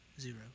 Zero